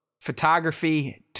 photography